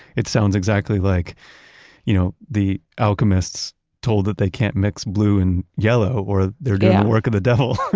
it sounds exactly like you know the alchemists told that they can't mix blue and yellow or they're going to work with the devil